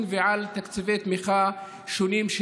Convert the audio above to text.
בתקווה ובתפילה לנס,